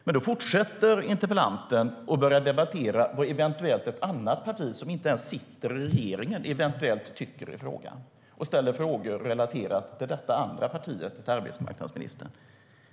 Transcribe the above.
Men då fortsätter interpellanten att debattera vad ett annat parti, som inte ens sitter i regeringen, eventuellt tycker i frågan och ställer frågor relaterade till det andra partiet till arbetsmarknadsministern.